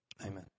Amen